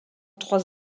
trois